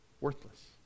Worthless